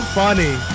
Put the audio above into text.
funny